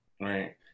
right